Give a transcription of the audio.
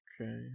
Okay